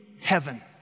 heaven